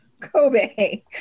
Kobe